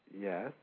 yes